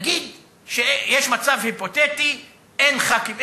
נגיד שיש מצב היפותטי ואין ח"כים,